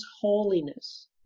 holiness